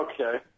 Okay